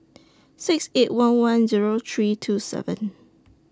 six eight one one Zero three two seven